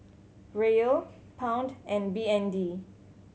Riyal Pound and B N D